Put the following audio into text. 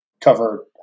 cover